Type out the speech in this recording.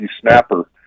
snapper